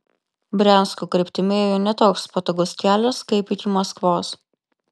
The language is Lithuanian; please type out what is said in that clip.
briansko kryptimi ėjo ne toks patogus kelias kaip iki maskvos